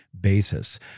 basis